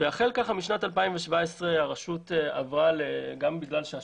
החל משנת 2017 הרשות עברה לאפיקים